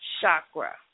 chakra